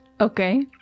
Okay